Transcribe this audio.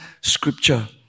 scripture